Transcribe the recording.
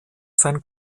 sein